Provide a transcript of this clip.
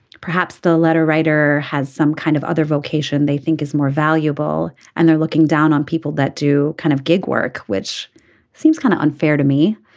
perhaps the letter writer has some kind of other vocation they think is more valuable and they're looking down on people that do kind of gig work which seems kind of unfair to me.